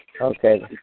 Okay